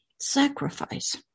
sacrifice